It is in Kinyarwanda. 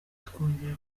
tukongera